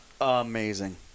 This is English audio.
Amazing